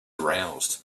aroused